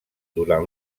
durant